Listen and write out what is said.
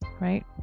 right